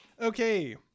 Okay